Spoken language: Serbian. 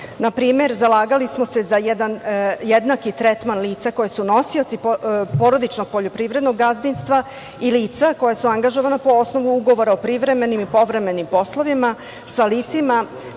primer, zalagali smo se za jednaki tretman lica, koji su nosioci porodičnog poljoprivrednog gazdinstva i lica koja su angažovana, po osnovu ugovora o privremenim i povremenim poslovima, sa licima